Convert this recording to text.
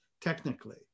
technically